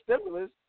stimulus